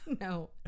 no